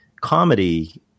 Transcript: comedy